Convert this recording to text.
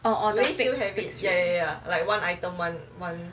oh online saving